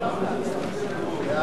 איסור שימוש ומסירת מידע